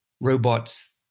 robots